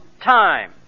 time